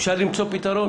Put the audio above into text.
אפשר למצוא פתרון,